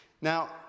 Now